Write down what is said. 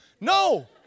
No